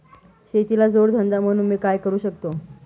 शेतीला जोड धंदा म्हणून मी काय करु शकतो?